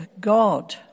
God